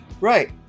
Right